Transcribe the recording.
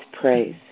praise